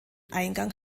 eingang